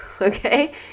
okay